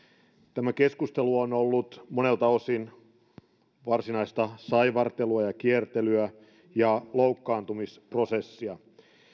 tämä keskustelu on ollut monelta osin varsinaista saivartelua ja kiertelyä ja loukkaantumisprosessia